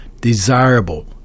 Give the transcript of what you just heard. desirable